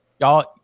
Y'all